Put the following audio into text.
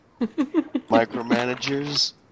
Micromanagers